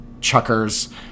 chuckers